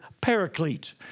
paraclete